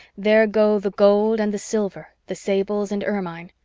there go the gold and the silver, the sables and ermine.